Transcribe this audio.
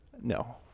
No